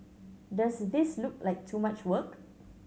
does this look like too much work